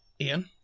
Ian